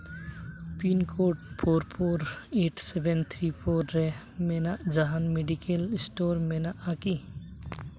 pin code four four eight seven three four ᱨᱮ ᱢᱮᱱᱟᱜ ᱡᱟᱦᱟᱱ ᱢᱮᱰᱤᱠᱮᱞ ᱥᱴᱳᱨ ᱢᱮᱱᱟᱜᱼᱟ ᱠᱤ